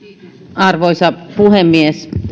arvoisa puhemies